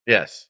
Yes